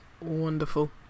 wonderful